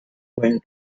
going